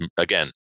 again